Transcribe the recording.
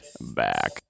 back